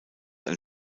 ein